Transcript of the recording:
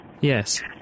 Yes